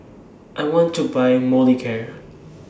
I want to Buy Molicare